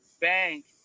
bank